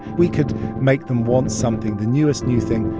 we could make them want something, the newest new thing,